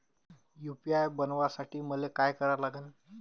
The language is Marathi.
यू.पी.आय बनवासाठी मले काय करा लागन?